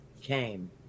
came